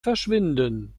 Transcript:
verschwinden